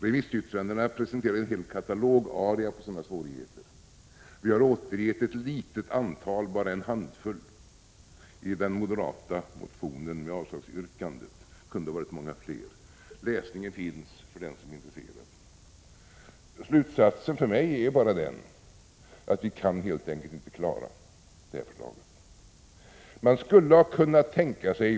Remissyttrandena presenterar en hel katalogaria av sådana svårigheter. Vi har återgett ett litet antal — en handfull — i den moderata motionen med avslagsyrkandet. Men de kunde ha varit många fler. Läsning finns för den som är intresserad. Slutsatsen för mig är att vi kan helt enkelt inte genomföra det här förslaget.